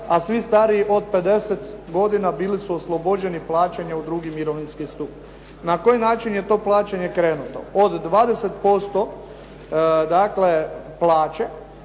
a svi stariji od 50 godina bili su oslobođeni plaćanja u drugi mirovinski stup. Na koji način je to plaćanje krenuto. Od 20% dakle